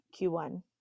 Q1